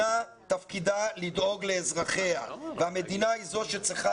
תפקיד המדינה הוא לדאוג לאזרחיה והמדינה היא זו שצריכה